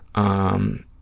on